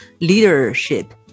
leadership